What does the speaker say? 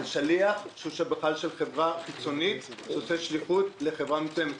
זה שליח שהוא בכלל שליח של חברה חיצונית שעושה שליחות לחברה מסוימת.